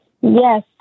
Yes